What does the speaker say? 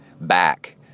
back